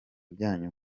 byanyu